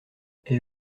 elle